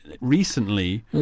recently